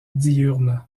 diurne